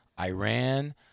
Iran